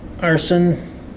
arson